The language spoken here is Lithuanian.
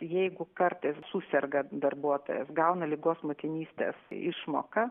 jeigu kartais suserga darbuotojas gauna ligos motinystės išmoką